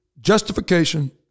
Justification